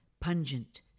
pungent